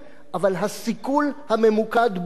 אבל הסיכול הממוקד בוצע.